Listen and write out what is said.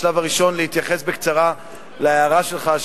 בשלב הראשון אני רוצה להתייחס בקצרה להערה שלך,